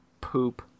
poop